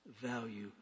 Value